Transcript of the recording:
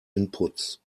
inputs